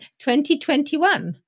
2021